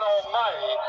Almighty